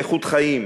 איכות חיים,